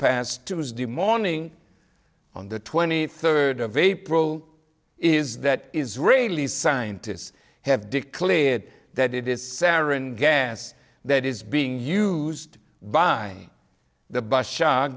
past tuesday morning on the twenty third of april is that israelis scientists have declared that it is sarin gas that is being used by the bus sho